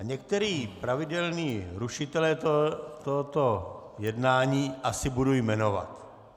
Některé pravidelné rušitele tohoto jednání asi budu jmenovat.